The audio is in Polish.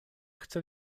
chce